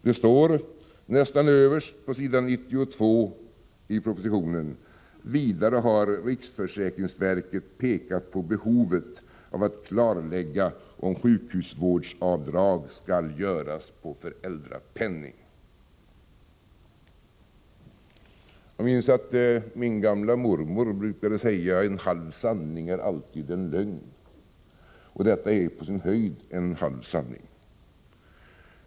Det står nästan överst på s. 92 i propositionen: ”Vidare har riksförsäkringsverket pekat på behovet av att klarlägga om sjukhusvårdsavdrag skall göras på föräldrapenning.” Jag minns att min gamla mormor brukade säga att en halv sanning alltid är en lögn, och det som här sägs i propositionen är på sin höjd en halv sanning.